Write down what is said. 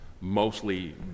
mostly